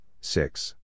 six